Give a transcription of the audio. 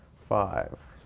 five